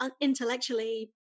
Intellectually